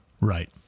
right